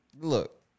Look